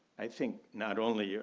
i think not only yeah